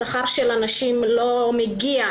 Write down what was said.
השכר של הנשים לא מגיע